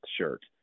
shirt